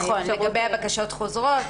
נכון, לגבי הבקשות החוזרות,